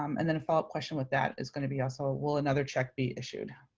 um and then a follow up question with that is going to be also, ah will another check be issued?